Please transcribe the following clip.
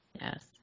Yes